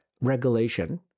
regulation